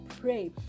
pray